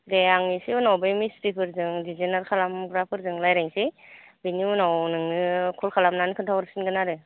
दे आं एसे उनाव बै मिस्ट्रिफोरजों डिजाइनार खालामग्रा फोरजों रायलायसै बेनि उनाव नोंनो कल खालामनानै खिनथा हरफिनगोन आरो